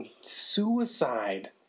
Suicide